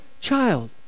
child